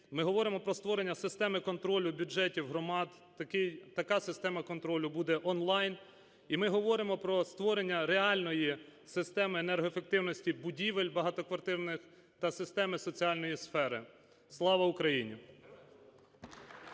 ми говоримо про створення системи контролю бюджетів громад, така система контролю буде онлайн. І ми говоримо про створення реальної системи будівель багатоквартирних та системи соціальної сфери. Слава Україні!